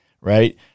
right